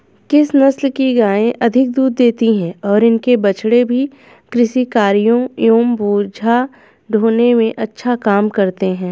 किस नस्ल की गायें अधिक दूध देती हैं और इनके बछड़े भी कृषि कार्यों एवं बोझा ढोने में अच्छा काम करते हैं?